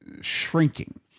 shrinking